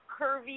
curvy